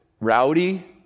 rowdy